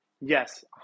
yes